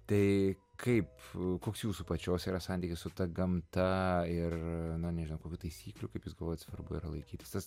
tai kaip koks jūsų pačios yra santykis su ta gamta ir na nežinau taisyklių kaip jūs galvojat svarbu yra laikytis tas